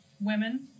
women